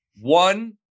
one